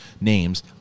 names